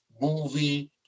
movie